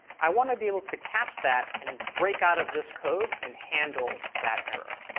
i want to be able to catch that and break out of this code and handle that error.